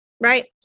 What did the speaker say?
Right